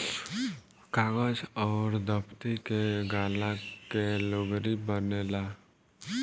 कागज अउर दफ़्ती के गाला के लुगरी बनेला